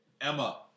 Emma